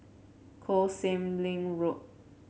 Koh Sek Lim Road